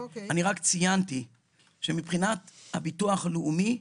אני רק ציינתי שמבחינת הביטוח הלאומי,